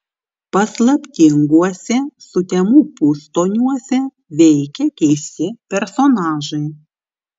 paslaptinguose sutemų pustoniuose veikia keisti personažai